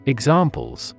Examples